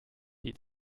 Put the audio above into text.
die